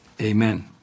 Amen